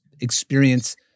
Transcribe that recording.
experience